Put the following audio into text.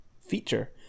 feature